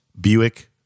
Buick